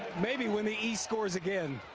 maybe when the east scores again.